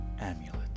amulet